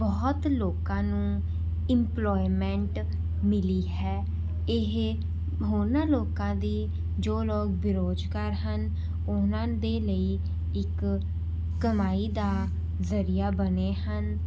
ਬਹੁਤ ਲੋਕਾਂ ਨੂੰ ਇੰਮਪਲੋਏੇਮੈਂਟ ਮਿਲੀ ਹੈ ਇਹ ਉਹਨਾਂ ਲੋਕਾਂ ਦੀ ਜੋ ਲੋਕ ਬੇਰੁਜ਼ਗਾਰ ਹਨ ਉਹਨਾਂ ਦੇ ਲਈ ਇੱਕ ਕਮਾਈ ਦਾ ਜ਼ਰੀਆ ਬਣੇ ਹਨ